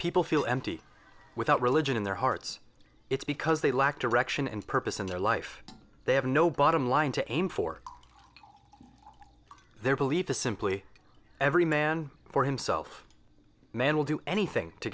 people feel empty without religion in their hearts it's because they lack direction and purpose in their life they have no bottom line to aim for their belief is simply every man for himself man will do anything to